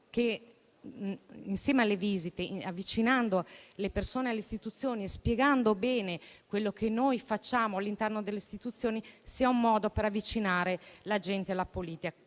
che tali visite, avvicinando le persone alle istituzioni e spiegando bene quello che noi facciamo al loro interno, rappresentino un modo per avvicinare la gente alla politica.